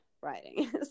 writing